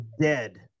dead